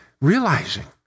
realizing